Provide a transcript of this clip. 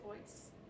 voice